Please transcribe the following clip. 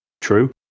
true